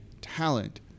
talent